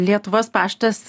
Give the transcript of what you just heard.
lietuvos paštas